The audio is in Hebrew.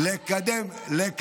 אז תתמוך בחוק.